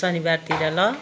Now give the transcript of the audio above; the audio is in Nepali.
शनिबारतिर ल